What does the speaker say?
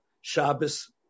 Shabbos